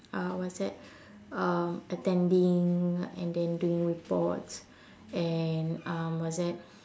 uh what's that um attending and then doing reports and um what's that